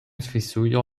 svisujo